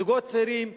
זוגות צעירים,